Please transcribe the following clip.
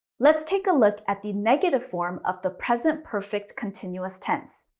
let's take a look at the negative form of the present perfect continuous tense.